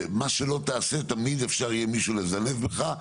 ומה שלא תעשה תמיד אפשר יהיה מישהו לזנב בך,